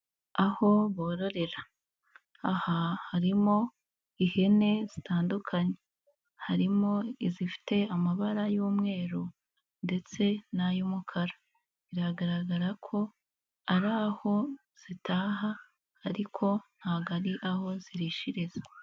Aho bororera aha harimo ihene zitandukanye, harimo izifite amabara y'umweru ndetse n'ay'umukara, biragaragara ko ari aho zitaha ariko ntabwo ari aho zirishiriza.